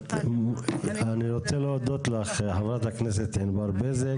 אני רוצה להודות לך חברת הכנסת ענבר בזק.